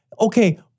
okay